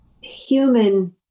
human